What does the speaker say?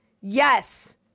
Yes